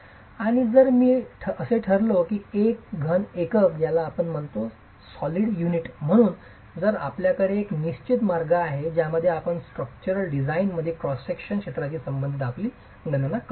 आणि जर मी असे ठरलो की एक घन एकक म्हणून आपण आपल्याकडे एक निश्चित मार्ग आहे ज्यामध्ये आपण स्ट्रक्चरल डिझाइनसाठी क्रॉस सेक्शनच्या क्षेत्राशी संबंधित आपली गणना करू शकता